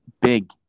Big